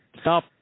stop